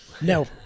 No